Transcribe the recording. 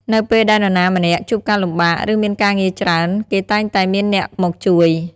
នៅពេលដែលនរណាម្នាក់ជួបការលំបាក ឬមានការងារច្រើន គេតែងតែមានអ្នកមកជួយ។